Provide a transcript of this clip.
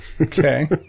Okay